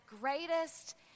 greatest